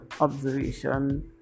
observation